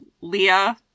Leah